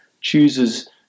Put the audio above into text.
chooses